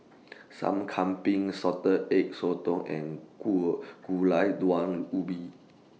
Sup Kambing Salted Egg Sotong and Gu Gulai Daun Ubi